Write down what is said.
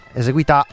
eseguita